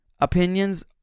Opinions